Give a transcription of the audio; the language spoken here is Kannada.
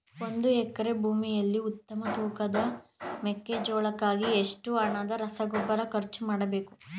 ಒಂದು ಎಕರೆ ಭೂಮಿಯಲ್ಲಿ ಉತ್ತಮ ತೂಕದ ಮೆಕ್ಕೆಜೋಳಕ್ಕಾಗಿ ಎಷ್ಟು ಹಣದ ರಸಗೊಬ್ಬರ ಖರ್ಚು ಮಾಡಬೇಕು?